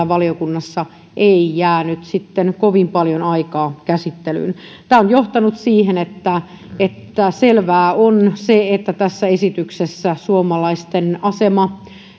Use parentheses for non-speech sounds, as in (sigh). (unintelligible) valiokunnassa ei jäänyt sitten kovin paljon aikaa käsittelyyn tämä on johtanut siihen että että selvää on se että tässä esityksessä suomalaisten asema